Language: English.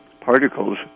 particles